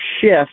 shift